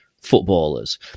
footballers